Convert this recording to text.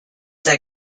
that